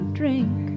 drink